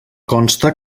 consta